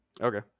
Okay